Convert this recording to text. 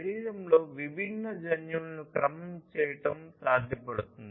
శరీరంలోని విభిన్న జన్యువులను క్రమం చేయడం సాధ్యపడుతుంది